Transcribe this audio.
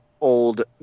old